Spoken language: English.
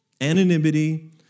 Anonymity